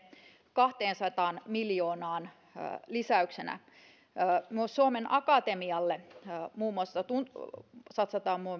kahteensataan miljoonaan lisäyksellä myös suomen akatemialle satsataan